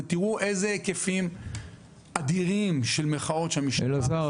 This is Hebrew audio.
ותראו איזה היקפים אדירים של מחאות שהמשטר הזה --- אלעזר,